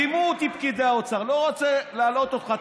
רימו אותי פקידי האוצר, אני לא רוצה להלאות אותך.